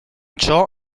ciò